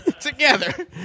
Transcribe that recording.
Together